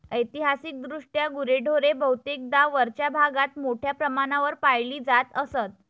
ऐतिहासिकदृष्ट्या गुरेढोरे बहुतेकदा वरच्या भागात मोठ्या प्रमाणावर पाळली जात असत